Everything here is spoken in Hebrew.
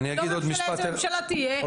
לא משנה איזו ממשלה תהיה.